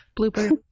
blooper